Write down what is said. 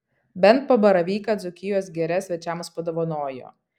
bent po baravyką dzūkijos giria svečiams padovanojo